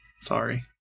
Sorry